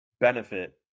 benefit